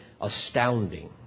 astounding